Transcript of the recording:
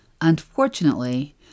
Unfortunately